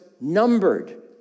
numbered